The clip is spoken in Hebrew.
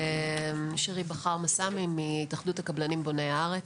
שירי בכר מסאמי מהתאחדות הקבלנים בוני הארץ.